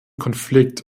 konflikt